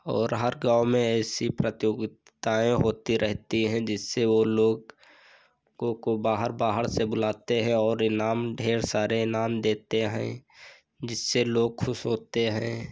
और हर गाँव में ऐसी प्रतियोगिताएँ होती रहती हैं जिससे वह लोग को को बाहर बाहर से बुलाते हैं और इनाम ढेर सारे इनाम देते हैं जिससे लोग ख़ुश होते हैं